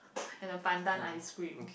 and the pandan ice cream